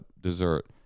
dessert